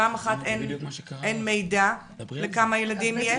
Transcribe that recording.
פעם אחת אין מידע לכמה ילדים יש.